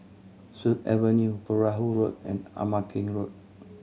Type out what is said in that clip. Sut Avenue Perahu Road and Ama Keng Road